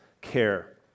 care